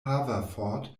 haverford